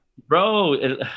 Bro